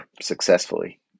successfully